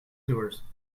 doers